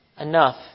enough